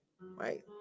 Right